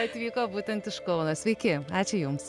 atvyko būtent iš kauno sveiki ačiū jums